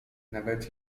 nawet